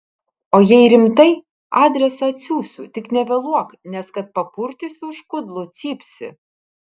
o jei rimtai adresą atsiųsiu tik nevėluok nes kad papurtysiu už kudlų cypsi